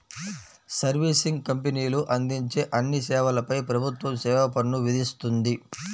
servicing కంపెనీలు అందించే అన్ని సేవలపై ప్రభుత్వం సేవా పన్ను విధిస్తుంది